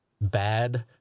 bad